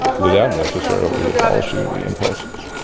without necessarily abolishing the impulses.